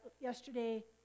yesterday